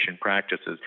practices